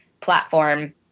platform